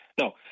No